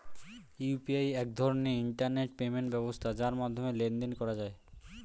UPI এক ধরনের internet payment ব্যবস্থা যার মাধ্যমে লেনদেন করা যায়